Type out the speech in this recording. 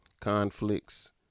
Conflicts